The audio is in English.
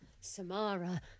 Samara